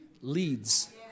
Leads